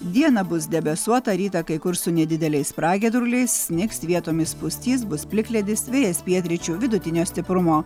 dieną bus debesuota rytą kai kur su nedideliais pragiedruliais snigs vietomis pustys bus plikledis vėjas pietryčių vidutinio stiprumo